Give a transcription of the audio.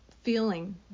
feeling